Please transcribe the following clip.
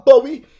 Bowie